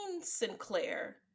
Sinclair